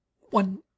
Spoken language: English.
one